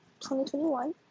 2021